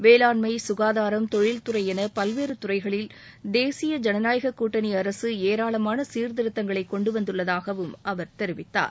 வேளாண்மை சுகாதாரம் தொழில்துறை என பல்வேறு துறைகளில் தேசிய ஜனநாயக கூட்டணி அரசு ஏராளமான சீர்த்திருத்தங்களை கொண்டு வந்துள்ளதாகவும் அவர் தெரிவித்தார்